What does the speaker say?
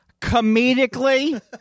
comedically